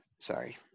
Sorry